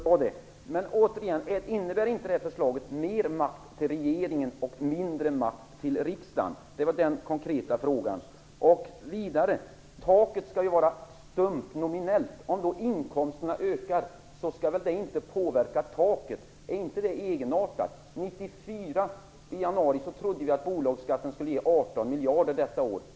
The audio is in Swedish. Herr talman! Det är bra det. Innebär inte det här förslaget mer makt till regeringen och mindre makt till riksdagen? Det var den konkreta frågan. Taket skall ju vara stumt nominellt. Om inkomsterna ökar skall det väl inte påverka taket? Är inte det egenartat? I januari 1994 trodde vi att bolagsskatten skulle ge 18 miljarder kronor i år.